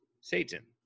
Satan